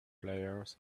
players